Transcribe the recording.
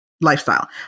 lifestyle